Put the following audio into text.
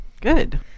Good